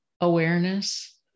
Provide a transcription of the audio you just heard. awareness